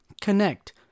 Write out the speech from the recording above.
connect